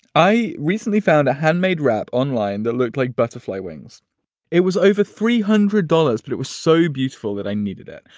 i recently found a handmade rap online that looked like butterfly wings it was over three hundred dollars, but it was so beautiful that i needed it.